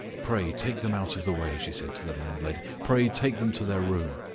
pray take them out of the way, she said to the landlady pray take them to their room.